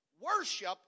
Worship